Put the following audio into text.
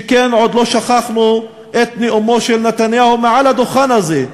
שכן עוד לא שכחנו את נאומו של נתניהו מעל הדוכן הזה,